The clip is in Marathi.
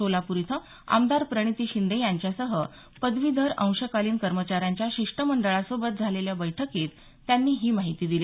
सोलापूर इथं आमदार प्रणिती शिंदे यांच्यासह पदवीधर अंशकालीन कर्मचाऱ्यांच्या शिष्टमंडळासोबत झालेल्या बैठकीत त्यांनी ही माहिती दिली